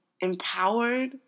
empowered